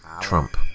Trump